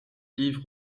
livre